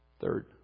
Third